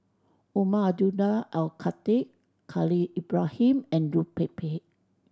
Umar Abdullah Al Khatib Khalil Ibrahim and Liu Pei Pei